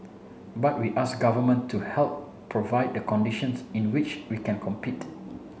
but we ask government to help provide the conditions in which we can compete